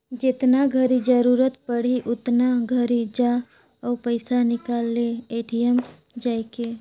जेतना घरी जरूरत पड़ही ओतना घरी जा अउ पइसा निकाल ले ए.टी.एम जायके